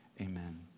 amen